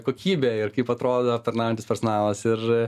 kokybė ir kaip atrodo aptarnaujantis personalas ir